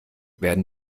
werden